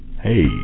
Hey